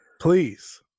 please